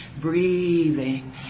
breathing